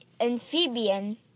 amphibian